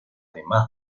demás